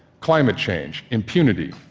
climate change, impunity.